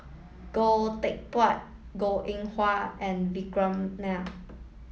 Goh Teck Phuan Goh Eng Wah and Vikram Nair